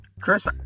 chris